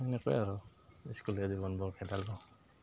এনেকৈ আৰু স্কুলীয়া জীৱনবোৰ খেদালো